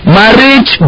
marriage